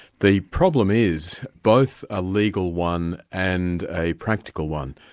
the problem is both a legal one and a practical one.